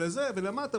ולמטה,